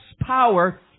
power